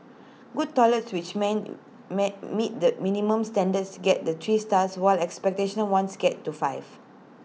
good toilets which men may meet the minimum standards get the three stars while exceptional ones get to five